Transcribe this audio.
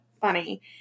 funny